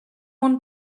want